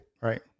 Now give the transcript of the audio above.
Right